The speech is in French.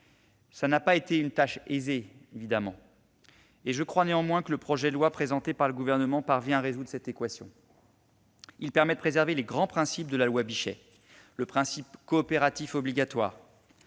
évidemment pas été tâche aisée. Je crois néanmoins que le projet de loi présenté par le Gouvernement parvient à résoudre cette équation. Il permet de préserver les grands principes de la loi Bichet : le principe coopératif obligatoire,